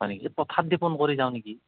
হয় নেকি পথাৰ দি পোন কৰি যাওঁ নেকি